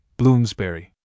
Bloomsbury